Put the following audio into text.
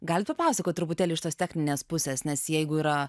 galit papasakot truputėlį iš tos techninės pusės nes jeigu yra